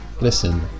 listen